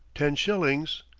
ten shillings.